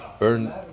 earn